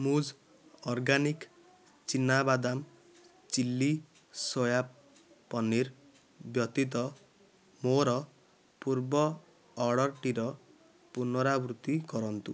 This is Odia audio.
ମୁଜ୍ ଅର୍ଗାନିକ୍ ଚିନାବାଦାମ ଚିଲି ସୋୟା ପନିର୍ ବ୍ୟତୀତ ମୋର ପୂର୍ବ ଅର୍ଡ଼ର୍ଟିର ପୁନରାବୃତ୍ତି କରନ୍ତୁ